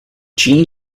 jeanne